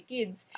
Kids